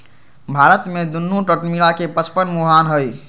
भारत में दुन्नो तट मिला के पचपन मुहान हई